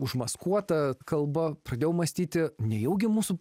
užmaskuota kalba pradėjau mąstyti nejaugi mūsų